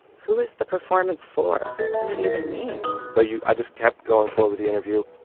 who is the performance for? what does it even mean? so you i just kept going forward with the interview.